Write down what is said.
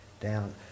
down